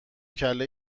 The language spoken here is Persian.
کله